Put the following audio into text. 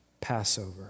Passover